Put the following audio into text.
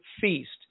feast